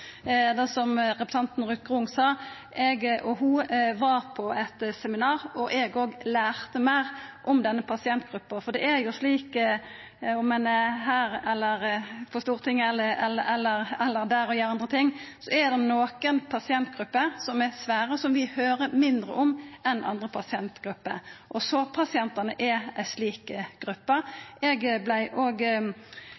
sant, det representanten Ruth Grung sa. Eg og ho var på eit seminar, og eg òg lærte meir om denne pasientgruppa. For det er jo slik at om ein er her på Stortinget eller der og gjer andre ting, så er det nokre pasientgrupper som er svære, og som vi høyrer mindre om enn andre pasientgrupper. Sårpasientane er ei slik gruppe.